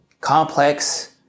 complex